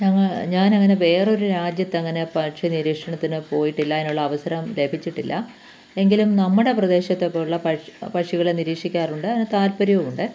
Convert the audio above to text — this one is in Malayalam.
ഞങ്ങൾ ഞാൻ അങ്ങനെ വേറൊരു രാജ്യത്ത് അങ്ങനെ പക്ഷി നിരീക്ഷണത്തിനു പോയിട്ടില്ല അതിനുള്ള അവസരം ലഭിച്ചിട്ടില്ല എങ്കിലും നമ്മുടെ പ്രദേശത്തൊക്കെയുള്ള പക്ഷി പക്ഷികളെ നിരീക്ഷിക്കാറുണ്ട് അതിനു താത്പര്യവും ഉണ്ട്